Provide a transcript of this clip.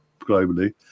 globally